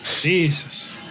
Jesus